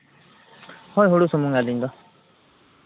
ᱦᱳᱭ ᱦᱩᱲᱩ ᱥᱩᱢᱩᱱ ᱜᱮ ᱟᱹᱞᱤᱧ ᱫᱚ